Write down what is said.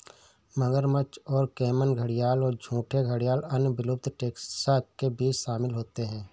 मगरमच्छ और कैमन घड़ियाल और झूठे घड़ियाल अन्य विलुप्त टैक्सा के बीच शामिल होते हैं